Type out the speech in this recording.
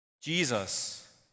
Jesus